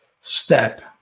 step